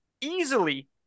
easily